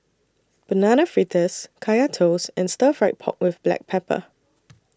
Banana Fritters Kaya Toast and Stir Fried Pork with Black Pepper